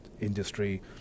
industry